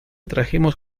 trajimos